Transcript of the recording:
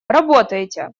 работайте